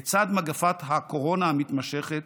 לצד מגפת הקורונה המתמשכת